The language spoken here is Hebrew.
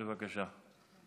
בבקשה.